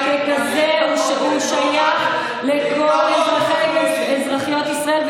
וככזה הוא שייך לכל אזרחי ואזרחיות ישראל,